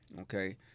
okay